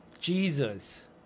Jesus